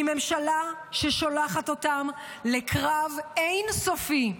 היא ממשלה ששולחת אותם לקרב אין-סופי,